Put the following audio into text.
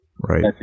right